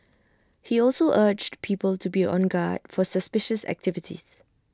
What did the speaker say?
he also urged people to be on guard for suspicious activities